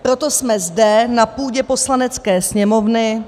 Proto jsme zde na půdě Poslanecké sněmovny...